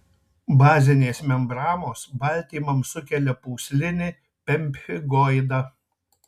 bazinės membranos baltymams sukelia pūslinį pemfigoidą